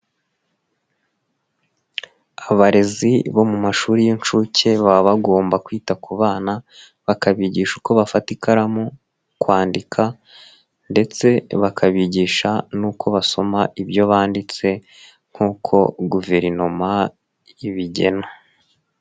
Abarezi bo mu mashuri y'inshuke baba bagomba kwita ku bana bakabigisha uko bafata ikaramu, kwandika ndetse bakabigisha n'uko basoma ibyo banditse nk'uko guverinoma ibigena.